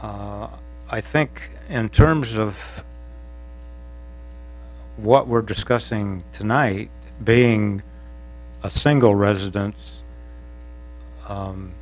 bit i think in terms of what we're discussing tonight being a single residence